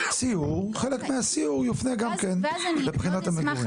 סיור, וחלק מהסיור יופנה גם לבחינת המגורים.